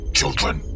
children